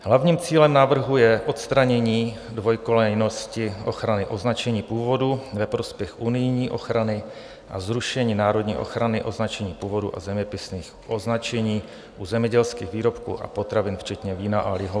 Hlavním cílem návrhu je odstranění dvojkolejnosti ochrany označení původu ve prospěch unijní ochrany a zrušení národní ochrany označení původu a zeměpisných označení u zemědělských výrobků a potravin včetně vína a lihovin.